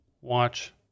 watch